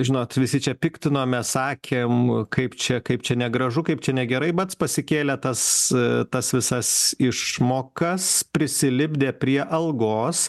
žinot visi čia piktinomės sakėm kaip čia kaip čia negražu kaip čia negerai pasikėlė tas tas visas išmokas prisilipdė prie algos